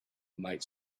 might